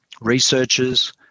researchers